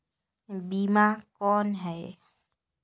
बीमा कौन है?